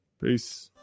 peace